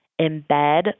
embed